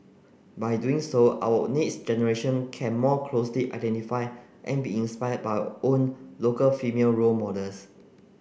by doing so our next generation can more closely identify and be inspired by our own local female role models